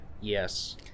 Yes